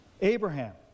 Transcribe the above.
Abraham